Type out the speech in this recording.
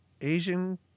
Asian